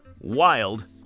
wild